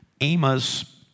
Amos